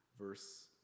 verse